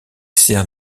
sert